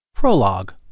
Prologue